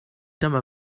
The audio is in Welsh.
dyma